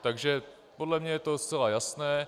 Takže podle mě je to zcela jasné.